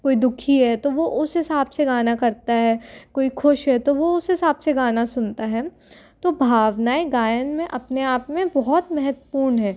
कोई दुखी है तो वो उस हिसाब से गाना करता है कोई खुश है तो वो उस हिसाब से गाना सुनता है तो भावनाऍं गायन में अपने आप में बहुत महत्वपूर्ण हैं